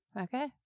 okay